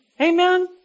Amen